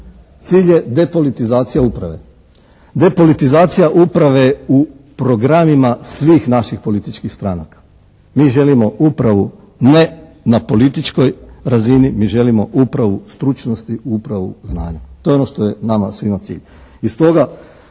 Cilj je depolitizacija uprave. Depolitizacija uprave u programima svih naših političkih stranaka. Mi želimo upravu ne na političkoj razini, mi želimo upravu stručnosti, upravu znanja. To je ono što je nama svima cilj.